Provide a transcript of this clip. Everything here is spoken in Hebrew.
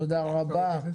תודה רבה,